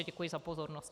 Děkuji za pozornost.